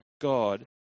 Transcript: God